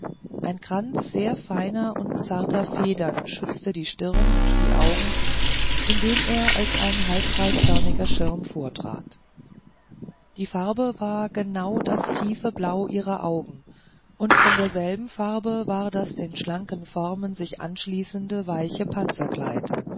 ein kranz sehr feiner und zarter federn schützte die stirn und die augen indem er als ein halbkreisförmiger schirm vortrat die farbe war genau das tiefe blau ihrer augen und von derselben farbe war das den schlanken formen sich anschließende weiche